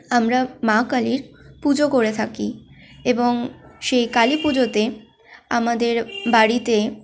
আমরা মা কালীর পুজো করে থাকি এবং সেই কালী পুজোতে আমাদের বাড়িতে